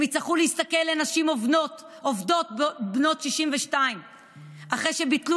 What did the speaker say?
הם יצטרכו להסתכל על נשים עובדות בנות 62 אחרי שביטלו